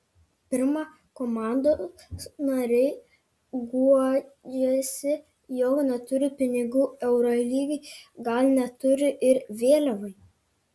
pirma komandos nariai guodžiasi jog neturi pinigų eurolygai gal neturi ir vėliavai